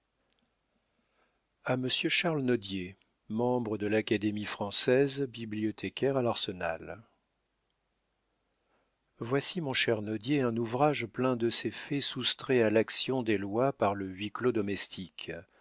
a monsieur charles nodier membre de l'académie française bibliothécaire à l'arsenal voici mon cher nodier un ouvrage plein de ces faits soustraits à l'action des lois par le huis-clos domestique